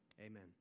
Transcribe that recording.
amen